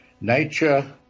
Nature